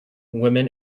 women